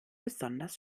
besonders